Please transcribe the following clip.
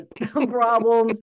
problems